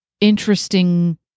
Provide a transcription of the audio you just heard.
interesting